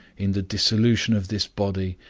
in the dissolution of this body,